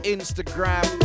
Instagram